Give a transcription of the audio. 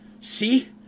See